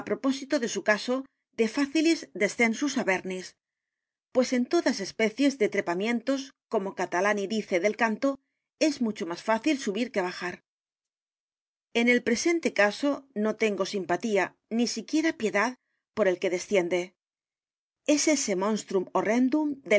propósito de su caso del facilis descensus avernis pues en todas especies de trepamientos como catalani dice del canto es mucho más fácil subir que bajar en el presente caso no tengo simpatía ni siquiera piedad por el que desciende e s ese monstrum